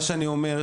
מה שאני אומר,